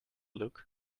look